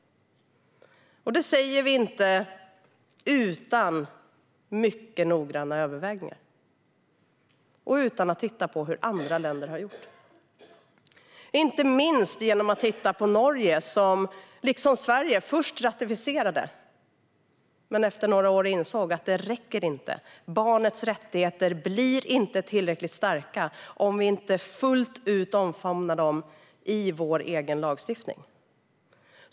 Det säger vi inte utan mycket noggranna överväganden och inte utan att ha tittat på hur man har gjort i andra länder. Vi har inte minst tittat på Norge som först ratificerade barnkonventionen, men efter några år insåg man att det inte räckte. Barnets rättigheter blir inte tillräckligt starka om vi inte fullt ut omfamnar dem i vår egen lagstiftning.